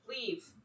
leave